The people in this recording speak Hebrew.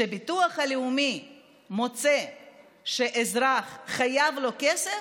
שכשהביטוח הלאומי מוצא שאזרח חייב לו כסף